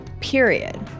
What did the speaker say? period